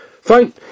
Fine